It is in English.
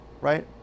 right